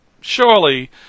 surely